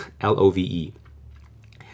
l-o-v-e